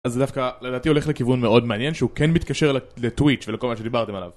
אז זה דווקא לדעתי הולך לכיוון מאוד מעניין שהוא כן מתקשר לטוויץ' ולכל מה שדיברתם עליו